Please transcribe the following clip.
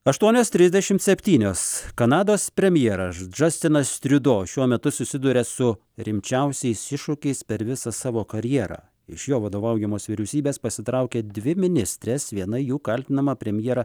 aštuonios trisdešimt septynios kanados premjeras džastinas triudo šiuo metu susiduria su rimčiausiais iššūkiais per visą savo karjerą iš jo vadovaujamos vyriausybės pasitraukė dvi ministrės viena jų kaltinama premjerą